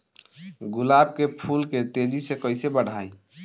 गुलाब के फूल के तेजी से कइसे बढ़ाई?